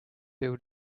bill